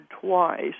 twice